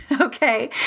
Okay